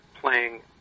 playing